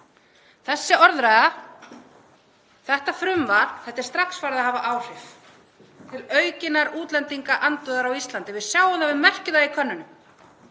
Þessi orðræða, þetta frumvarp er strax farið að hafa áhrif til aukinnar útlendingaandúðar á Íslandi. Við sjáum það og við merkjum það í könnunum.